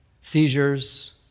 seizures